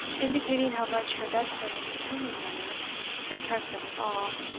indicating how much her desperate and determined manner impressed them with awe,